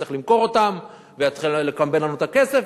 שצריך למכור אותן ויתחיל לקמבן לנו את הכסף.